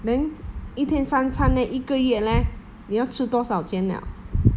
then 一天三餐 leh 一个月 leh 你要吃多少钱了